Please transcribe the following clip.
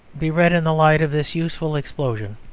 be read in the light of this youthful explosion.